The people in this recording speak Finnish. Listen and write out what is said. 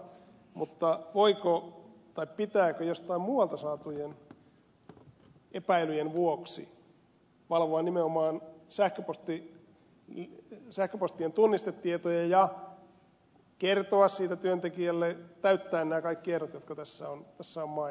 mutta pitääkö jostain muualta saatujen epäilyjen vuoksi valvoa nimenomaan sähköpostien tunnistetietoja ja kertoa siitä työntekijälle täyttää nämä kaikki ehdot jotka tässä on mainittu